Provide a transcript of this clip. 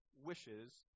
wishes